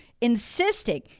insisting